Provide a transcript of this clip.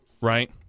right